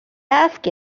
asked